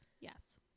Yes